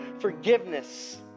forgiveness